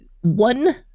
One